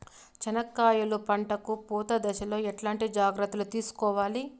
చెనక్కాయలు పంట కు పూత దశలో ఎట్లాంటి జాగ్రత్తలు తీసుకోవాలి?